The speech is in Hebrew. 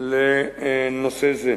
לנושא זה.